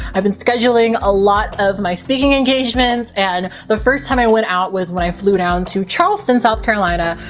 i've been scheduling a lot of my speaking engagements and the first time i went out was when i flew down to charleston, south carolina,